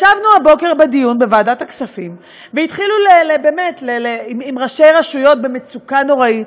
ישבנו הבוקר בדיון בוועדת הכספים עם ראשי רשויות במצוקה נוראית,